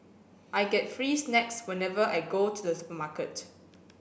I get free snacks whenever I go to the supermarket